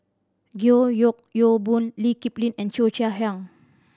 George Yeo Yong Boon Lee Kip Lin and Cheo Chai Hiang